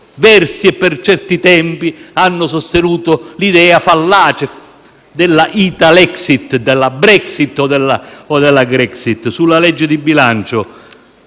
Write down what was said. versi e per certo tempo, ha sostenuto l'idea fallace della Italexit, della Brexit o della Grexit. Sul disegno di legge di bilancio,